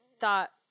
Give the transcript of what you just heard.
thought